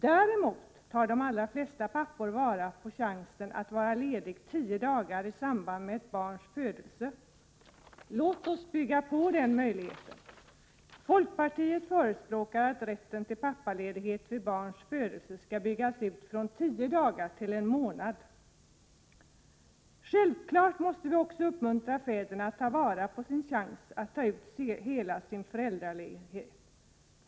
Däremot tar de allra flesta pappor vara på sina möjligheter att vara lediga tio dagar i samband med ett barns födelse. Låt oss bygga ut den möjligheten. Folkpartiet förespråkar att rätten till pappaledighet vid barns födelse skall byggas ut från tio dagar till en månad. Självfallet måste vi också uppmuntra fäderna att ta vara på sin chans att ta ut hela sin föräldraledighet.